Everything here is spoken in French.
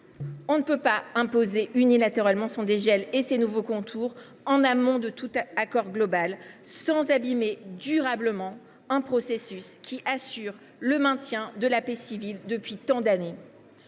On ne peut donc pas imposer unilatéralement le dégel du corps électoral et ses nouveaux contours en amont de tout accord global sans abîmer durablement un processus qui assure le maintien de la paix civile depuis tant d’années.